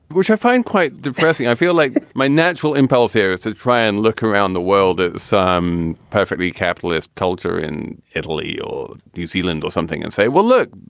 which i find quite depressing i feel like my natural impulse here is to try and look around the world at some perfectly capitalist culture in italy or new zealand or something and say, well, look,